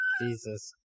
Jesus